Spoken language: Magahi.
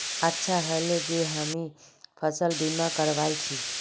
अच्छा ह ले जे हामी फसल बीमा करवाल छि